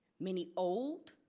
many old,